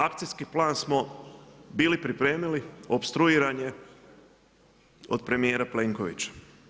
Akcijski plan smo bili pripremili, opstruiran je od premijera Plenkovića.